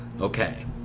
Okay